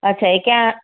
અચ્છા એ કયા